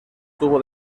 tuvo